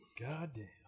Goddamn